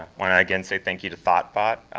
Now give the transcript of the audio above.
want to again say thank you to thoughtbot,